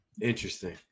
Interesting